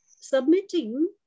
submitting